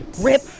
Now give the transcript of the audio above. rip